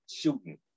shooting